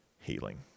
healing